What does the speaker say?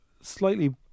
slightly